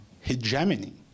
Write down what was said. hegemony